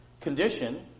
condition